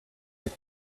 like